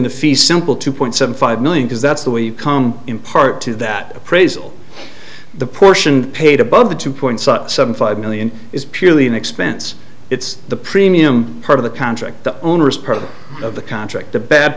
the fee simple two point seven five million because that's the way you come in part to that appraisal the portion paid above the two point seven five million is purely an expense it's the premium part of the contract the owner is part of the contract the bad